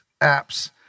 apps